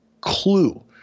clue